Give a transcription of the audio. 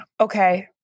Okay